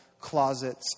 closets